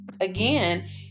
again